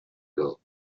goal